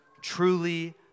Truly